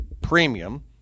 premium